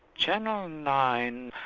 channel nine,